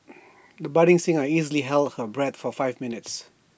the budding singer easily held her breath for five minutes